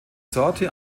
sorte